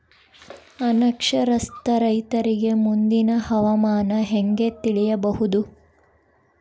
ಅನಕ್ಷರಸ್ಥ ರೈತರಿಗೆ ಮುಂದಿನ ಹವಾಮಾನ ಹೆಂಗೆ ತಿಳಿಯಬಹುದು?